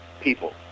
people